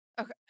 Okay